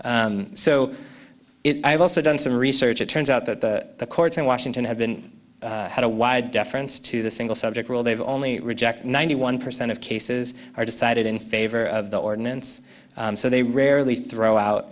so it i've also done some research it turns out that the courts in washington have been had a wide deference to the single subject rule they've only reject ninety one percent of cases are decided in favor of the ordinance so they rarely throw out